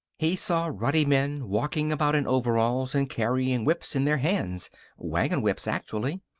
he saw ruddy men walking about in overalls and carrying whips in their hands wagon whips, actually.